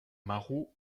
marot